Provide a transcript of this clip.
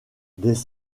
des